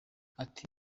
ati